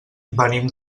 venim